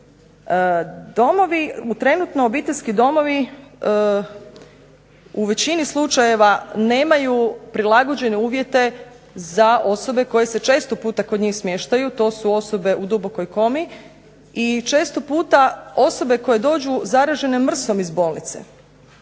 trenutno obiteljski domovi u većini slučajeva nemaju prilagođene uvjete za osobe koje se često puta kod njih smještaju, to su osobe u dubokoj komi. I često puta osobe koje dođu zaražene MRSA-om iz bolnice,